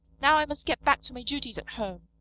now i must get back to my duties at home.